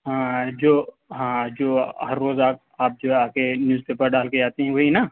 ہاں جو ہاں جو ہر روز آپ آپ جو آ کے نیوز پیپر ڈال کے جاتے ہیں وہی نا